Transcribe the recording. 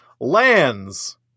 Lands